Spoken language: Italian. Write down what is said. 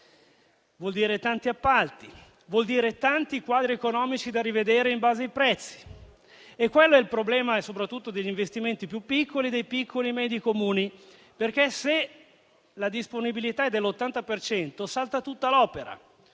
Vuol dire tanti appalti e tanti quadri economici da rivedere in base ai prezzi. Questo è il problema soprattutto degli investimenti più piccoli, dei piccoli e medi Comuni, perché se la disponibilità è dell'80 per cento salta tutta l'opera.